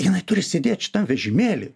jinai turi sėdėt šitam vežimėly